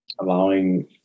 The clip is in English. Allowing